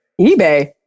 eBay